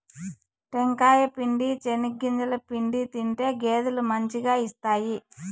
టెంకాయ పిండి, చెనిగింజల పిండి తింటే గేదెలు మంచిగా ఇస్తాయి